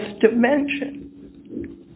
dimension